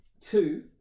Two